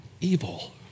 evil